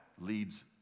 leads